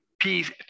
peace